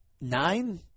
nine